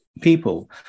people